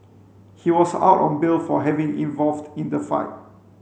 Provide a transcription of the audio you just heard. he was out on bail for having involved in the fight